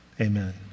Amen